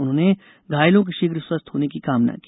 उन्होंने घायलों के शीघ्र स्वस्थ होने की कामना की